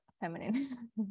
feminine